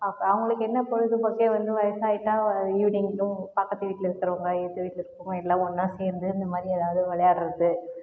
அப்போ அவங்களுக்கு என்ன பொழுதுபோக்கே வந்து வயசாயிவிட்டா ஈவினிங்கில பக்கத்து வீட்டில் இருக்குறவங்க எதுத்த வீட்டில் இருக்குறவங்கல்லாம் ஒன்னாக சேர்ந்து இந்த மாரி எதாவது விளையாடுகிறது